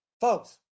Folks